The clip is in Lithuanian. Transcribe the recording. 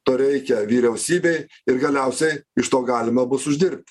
to reikia vyriausybei ir galiausiai iš to galima bus uždirbt